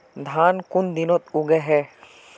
धान कुन दिनोत उगैहे